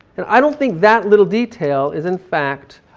and i don't think that little detail is in fact